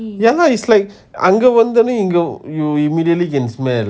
ya lah is like அங்க வந்தோனே இங்க:anga vanthoney inga you you immediately can smell